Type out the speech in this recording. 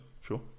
Sure